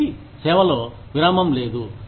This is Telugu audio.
కాబట్టి సేవలో విరామం లేదు